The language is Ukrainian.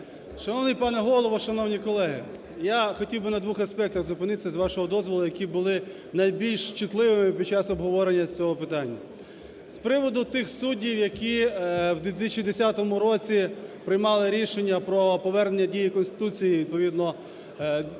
Шановний пане Голово, шановні колеги, я хотів би на двох аспектах зупинитися, з вашого дозволу, які були найбільш чутливими під час обговорення цього питання. З приводу тих суддів, які в 2010 році приймали рішення про повернення дії Конституції відповідно 96-го